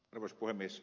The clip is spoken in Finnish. arvoisa puhemies